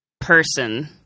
person